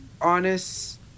honest